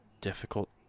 difficult